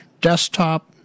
desktop